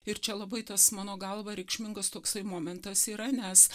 ir čia labai tas mano galva reikšmingas toksai momentas yra nes